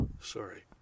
Sorry